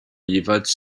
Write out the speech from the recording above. jeweils